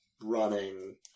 running